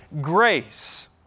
grace